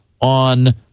on